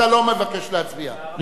אתה לא מבקש להצביע.